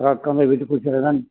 ਖੁਰਾਕਾਂ ਦੇ ਵਿੱਚ ਕੁਝ ਹੈਗਾ ਨਹੀਂ